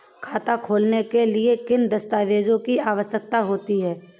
खाता खोलने के लिए किन दस्तावेजों की आवश्यकता होती है?